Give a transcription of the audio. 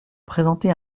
présenté